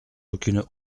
aucune